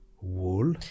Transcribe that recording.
wool